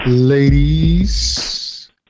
Ladies